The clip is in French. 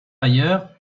ailleurs